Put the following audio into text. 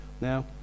Now